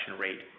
rate